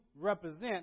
represent